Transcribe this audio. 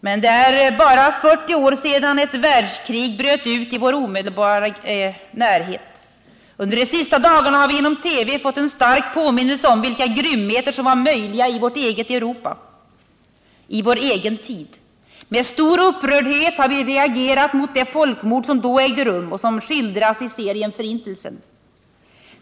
Men det är i år bara 40 år sedan ett världskrig bröt ut i vår omedelbara närhet. Under de senaste dagarna har vi genom TV fått en stark påminnelse om vilka grymheter som var möjliga i vårt eget Europa, i vår egen tid. Med stor upprördhet har vi reagerat mot det folkmord som då ägde rum och som skildras i serien Förintelsen.